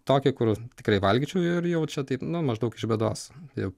tokį kur tikrai valgyčiau ir jau čia taip nu maždaug iš bėdos jau